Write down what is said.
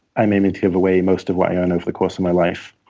i'm aiming to give away most of what i own over the course of my life.